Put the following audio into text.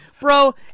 bro